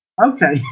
Okay